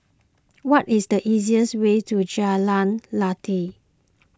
what is the easiest way to Jalan Lateh